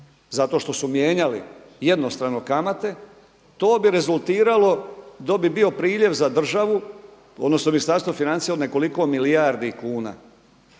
zato što su mijenjali jednostrano kamate to bi rezultiralo, to bi bio priljev za državu odnosno Ministarstvo financija, od nekoliko milijardi kuna.